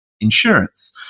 insurance